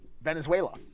Venezuela